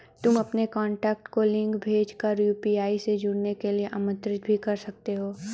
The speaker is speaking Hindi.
तुम अपने कॉन्टैक्ट को लिंक भेज कर यू.पी.आई से जुड़ने के लिए आमंत्रित भी कर सकते हो